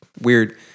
weird